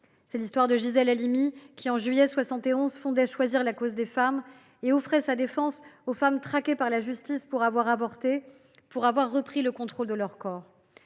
C’est l’histoire de Gisèle Halimi qui, en juillet 1971, fondait Choisir la cause des femmes et offrait sa défense aux femmes traquées par la justice pour avoir avorté, pour avoir repris le contrôle de leur propre